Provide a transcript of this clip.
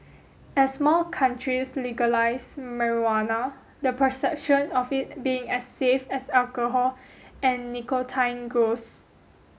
as more countries legalise marijuana the perception of it being as safe as alcohol and nicotine grows